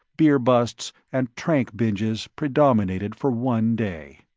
beer busts and trank binges predominated for one day.